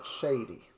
shady